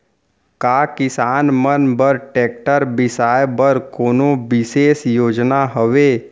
का किसान मन बर ट्रैक्टर बिसाय बर कोनो बिशेष योजना हवे?